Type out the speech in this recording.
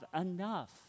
enough